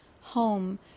home